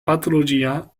patologia